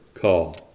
call